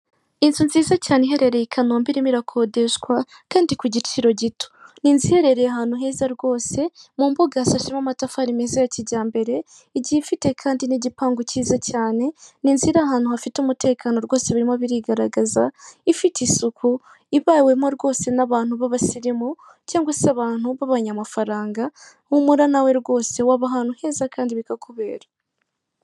Inzu nziza cyane iherereye i Kanombe irimo irakodeshwa, Kandi ku giciro gito, n'inzu iherereye ahantu heza rwose, mu mbuga hasashemo amatafari meza ya kijyambere, igiye ifite kandi n'igipangu kiza cyane, n'inzu irahantu hafite umutekano rwose birimo birigaragaza. Ifite isuku, ibawemo nabantu babasirimu cyangwa se abantu b'abanyamafaranga. Humura nawe rwose waba ahantu heza kandi bikakubera.